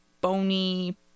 bony